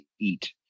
eat